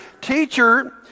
Teacher